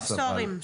סוהרים.